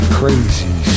crazy